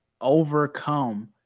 overcome